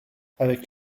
avec